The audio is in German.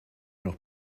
noch